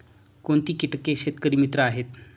कोणती किटके शेतकरी मित्र आहेत?